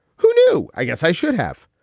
who knew? i guess i should have.